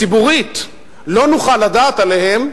ציבורית לא נוכל לדעת עליהן,